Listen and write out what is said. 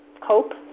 cope –